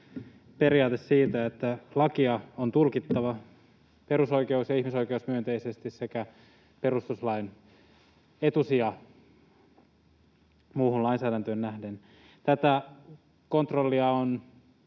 periaate siitä, että lakia on tulkittava perusoikeus- ja ihmisoikeusmyönteisesti, sekä perustuslain etusija muuhun lainsäädäntöön nähden. Tätä kontrollia on